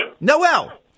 Noel